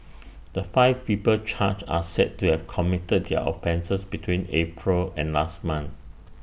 the five people charged are said to have committed their offences between April and last month